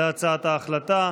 להצעת ההחלטה.